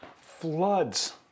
floods